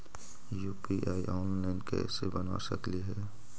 UPI online कैसे बना सकली हे?